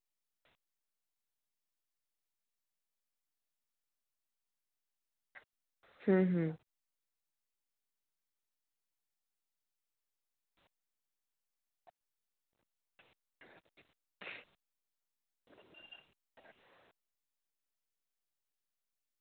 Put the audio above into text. अं